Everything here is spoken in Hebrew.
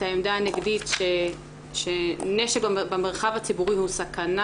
העמדה הנגדית שנשק במרחב הציבורי הוא סכנה,